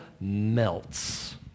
melts